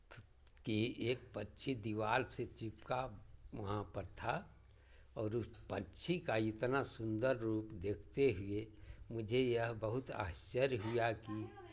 कि एक पक्षी दीवाल से चिपका वहाँ पर था और उस पक्षी का इतना सुंदर रूप देखते हुए मुझे यह बहुत आश्चर्य हुआ कि